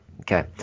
okay